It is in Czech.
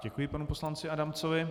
Děkuji panu poslanci Adamcovi.